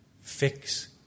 Fix